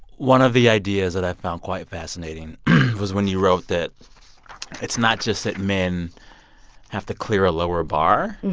one of the ideas that i found quite fascinating was when you wrote that it's not just that men have to clear a lower bar.